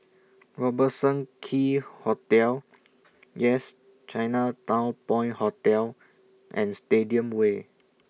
Robertson Quay Hotel Yes Chinatown Point Hotel and Stadium Way